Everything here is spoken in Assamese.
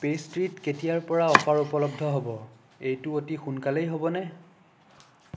পে'ষ্ট্ৰিত কেতিয়াৰ পৰা অফাৰ উপলব্ধ হ'ব এইটো অতি সোনকালেই হ'বনে